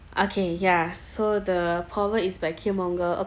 okay ya so the problem is